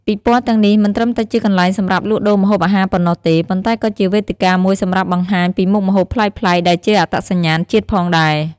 ពិព័រណ៍ទាំងនេះមិនត្រឹមតែជាកន្លែងសម្រាប់លក់ដូរម្ហូបអាហារប៉ុណ្ណោះទេ ប៉ុន្តែក៏ជាវេទិកាមួយសម្រាប់បង្ហាញពីមុខម្ហូបប្លែកៗ ដែលជាអត្តសញ្ញាណជាតិផងដែរ។